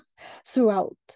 throughout